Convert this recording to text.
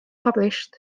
published